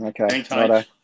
Okay